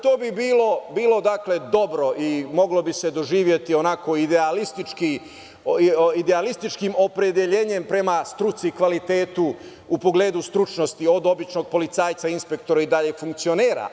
To bi bilo dobro i moglo bi se doživeti onako idealističkim opredeljenjem prema struci, kvalitetu u pogledu stručnosti od običnog policajca, inspektora i dalje funkcionera.